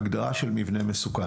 לעשות הגדרה של מבנה מסוכן.